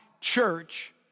church